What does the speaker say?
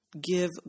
give